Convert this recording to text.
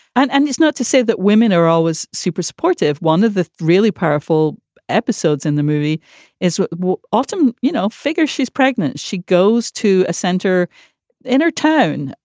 and and it's not to say that women are always super supportive. one of the really powerful episodes in the movie is autumn. you know, figure she's pregnant. she goes to a center in her town.